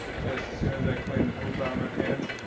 just as soon as i clean the poop out of my pants,